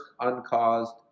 uncaused